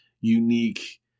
unique